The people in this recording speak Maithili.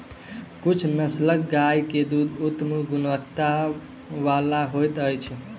किछ नस्लक गाय के दूध उत्तम गुणवत्ता बला होइत अछि